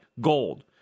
gold